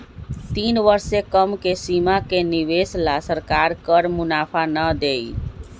तीन वर्ष से कम के सीमा के निवेश ला सरकार कर मुनाफा ना देई